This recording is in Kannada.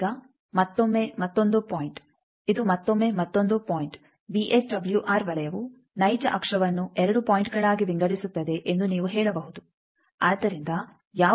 ಈಗ ಮತ್ತೊಮ್ಮೆ ಮತ್ತೊಂದು ಪಾಯಿಂಟ್ ಇದು ಮತ್ತೊಮ್ಮೆ ಮತ್ತೊಂದು ಪಾಯಿಂಟ್ ವಿಎಸ್ಡಬ್ಲ್ಯೂಆರ್ ವಲಯವು ನೈಜ ಅಕ್ಷವನ್ನು 2 ಪಾಯಿಂಟ್ಗಳಾಗಿ ವಿಂಗಡಿಸುತ್ತದೆ ಎಂದು ನೀವು ಹೇಳಬಹುದು